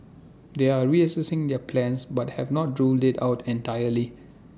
they are reassessing their plans but have not ruled IT out entirely